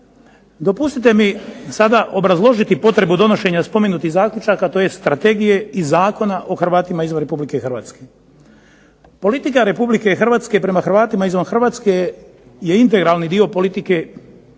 Dopustite mi sada obrazložiti potrebu donošenja spomenutih zaključaka tj. strategije i Zakona o Hrvatima izvan Republike Hrvatske. Politika Republike Hrvatske prema Hrvatima izvan Hrvatske je integrali dio politike